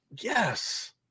Yes